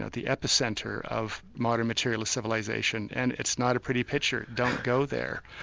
ah the epicentre of modern materialist civilisation and it's not a pretty picture. don't go there.